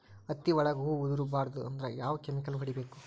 ಹತ್ತಿ ಒಳಗ ಹೂವು ಉದುರ್ ಬಾರದು ಅಂದ್ರ ಯಾವ ಕೆಮಿಕಲ್ ಹೊಡಿಬೇಕು?